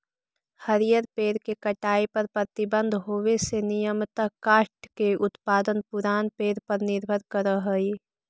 हरिअर पेड़ के कटाई पर प्रतिबन्ध होवे से नियमतः काष्ठ के उत्पादन पुरान पेड़ पर निर्भर करऽ हई